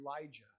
Elijah